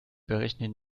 berechnen